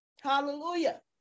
Hallelujah